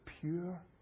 pure